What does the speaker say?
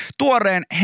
tuoreen